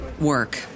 work